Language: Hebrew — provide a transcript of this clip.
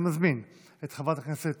אני מזמין את חברת הכנסת